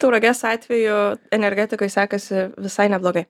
tauragės atveju energetikoj sekasi visai neblogai